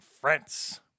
France